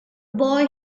boy